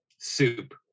soup